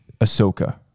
ahsoka